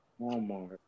Walmart